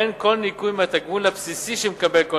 אין כל ניכוי מהתגמול הבסיסי שמקבל כל